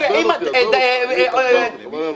תודה רבה.